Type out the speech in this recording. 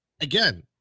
again